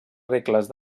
regles